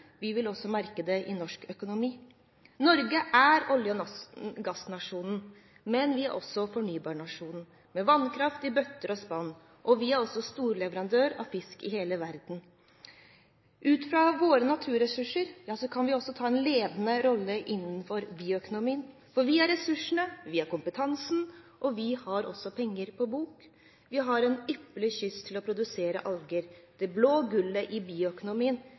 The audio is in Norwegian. vi vil også merke det i norsk økonomi. Norge er olje- og gassnasjonen, men vi er også fornybarnasjonen, med vannkraft i bøtter og spann. Vi er også storleverandør av fisk til hele verden. Ut fra våre naturressurser kan vi også ta en ledende rolle innenfor bioøkonomien. Vi har ressursene, vi har kompetansen, og vi har penger på bok. Vi har en ypperlig kyst der vi kan produsere alger, det blå gullet i bioøkonomien